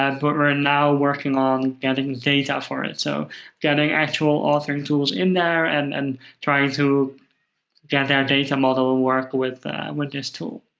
um but we're and now working on getting data for it, so getting actual authoring tools in there and and trying to get that data model to work with with this tool.